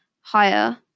higher